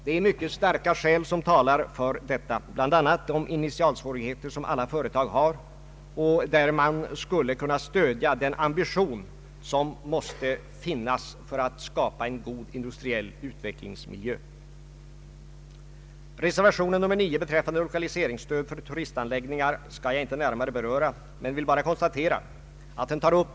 Det andra vore en klassificering av orter eller regioner med hänsyn till den typ av åtgärder som behövdes för att lösa de problem som vore förknippade med respektive oristyp.